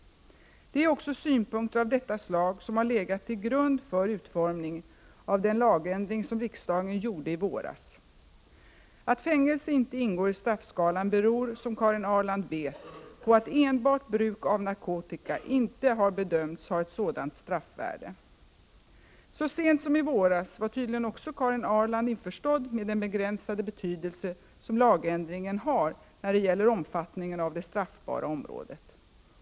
Det är också synpunkter av detta slag som har legat till grund för utformningen av den lagändring som riksdagen gjorde i våras. Att fängelse inte ingår i straffskalan beror, som Karin Ahrland vet, på att enbart bruk av narkotika inte har bedömts ha ett sådant straffvärde. Så sent som i våras var tydligen också Karin Ahrland införstådd med den begränsade betydelse som lagändringen har när det gäller omfattningen av det straffbara området.